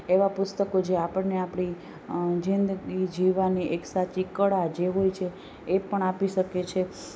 એવા પુસ્તકો જે આપણને આપણી જિંદગી જીવવાની એક સાચી કળા જે હોય છે એ પણ આપી શકે છે